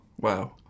Wow